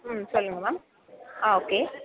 ம் சொல்லுங்க மேம் ஆ ஓகே